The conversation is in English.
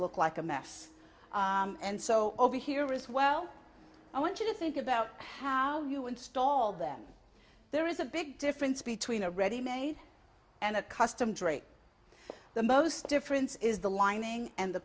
look like a mess and so over here is well i want you to think about how you install them there is a big difference between a ready made and a custom drape the most difference is the lining and the